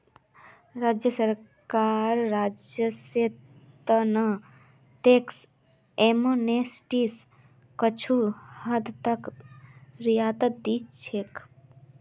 राज्य सरकार राजस्वेर त न टैक्स एमनेस्टीत कुछू हद तक रियायत दी छेक